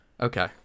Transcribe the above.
Okay